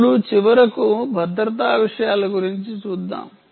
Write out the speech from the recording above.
ఇప్పుడు చివరకు భద్రతా విషయాల గురించి చూద్దాం